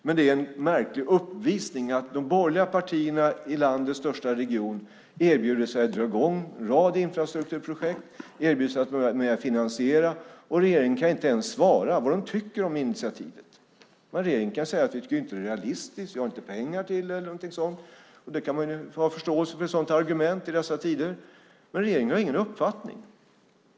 Men det är en märklig uppvisning när de borgerliga partierna i landets största region erbjuder sig att dra i gång en rad infrastrukturprojekt, erbjuder sig att vara med och finansiera, att regeringen inte ens kan svara på vad de tycker om initiativet. Vad regeringen kan säga är att de inte tycker att det är realistiskt, att de inte har pengar till det eller någonting sådant. Ett sådant argument kan man ju ha förståelse för i dessa tider, men regeringen har ingen uppfattning.